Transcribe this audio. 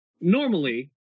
normally